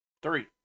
Three